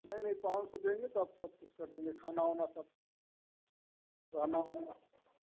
नहीं नहीं पाँच सौ देंगे त अब सबकुछ कर देंगे खाना उना सब रहना उहना सब